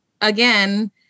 again